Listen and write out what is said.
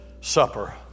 Supper